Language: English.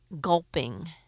gulping